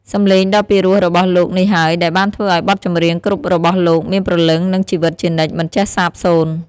សម្លេងដ៏ពីរោះរបស់លោកនេះហើយដែលបានធ្វើឱ្យបទចម្រៀងគ្រប់របស់លោកមានព្រលឹងនិងជីវិតជានិច្ចមិនចេះសាបសូន្យ។